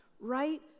right